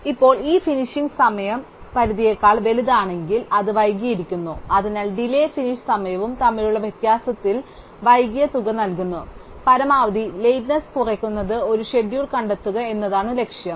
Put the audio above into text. ഇപ്പോൾ ഈ ഫിനിഷ് സമയം സമയപരിധിയേക്കാൾ വലുതാണെങ്കിൽ അത് വൈകിയിരിക്കുന്നു അതിനാൽ ഡിലൈയ് ഫിനിഷ് സമയവും തമ്മിലുള്ള വ്യത്യാസത്തിൽ വൈകിയ തുക നൽകുന്നു പരമാവധി ലേറ്റ്നെസ് കുറയ്ക്കുന്ന ഒരു ഷെഡ്യൂൾ കണ്ടെത്തുക എന്നതാണ് ലക്ഷ്യം